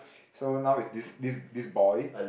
so now is this this this boy